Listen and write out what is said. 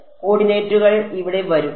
കോർഡിനേറ്റുകൾ ഇവിടെ വരും ശരി